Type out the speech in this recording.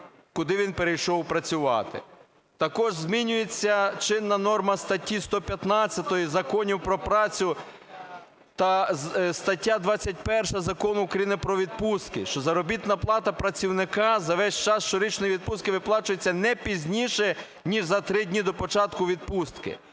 куди він перейшов працювати. Також змінюється чинна норма статті 115 законів про працю та стаття 21 Закону України "Про відпустки", що заробітна плата працівника за весь час щорічної відпустки виплачується не пізніше ніж за три дні до початку відпустки.